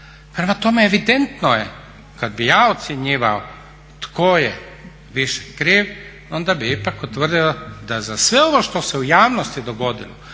Prema tome, evidentno je kad bih ja ocjenjivao tko je više kriv onda bih ipak utvrdio da za sve ovo što se u javnosti dogodilo